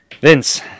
Vince